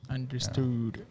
Understood